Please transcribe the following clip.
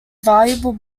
valuable